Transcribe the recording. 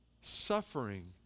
Suffering